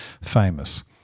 famous